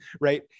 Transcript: right